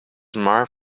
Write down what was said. marv